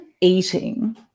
eating